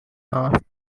half